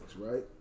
right